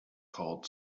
called